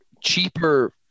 cheaper